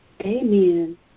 Amen